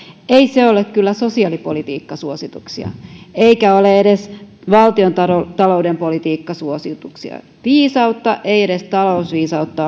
ei se ole kyllä sosiaalipolitiikkasuosituksia eikä ole edes valtiontalouden politiikkasuosituksia viisautta edes talousviisautta